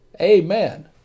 Amen